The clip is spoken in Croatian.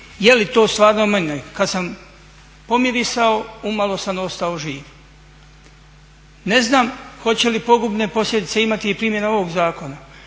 je li to stvarno amonijak. Kad sam pomirisao umalo sam ostao živ. Ne znam hoće li pogubne posljedice imati i primjena ovog zakona?